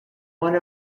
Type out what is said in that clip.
one